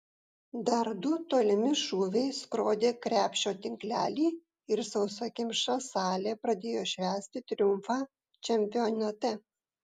dar du tolimi šūviai skrodė krepšio tinklelį ir sausakimša salė pradėjo švęsti triumfą čempionate